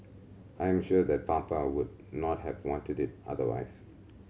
I am sure that Papa would not have wanted it otherwise